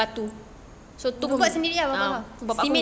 so dia buat sendiri lah bapa kau